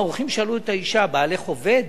האורחים שאלו את האשה: בעלך עובד?